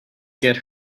get